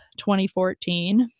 2014